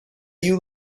you